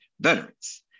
veterans